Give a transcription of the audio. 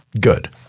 Good